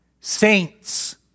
saints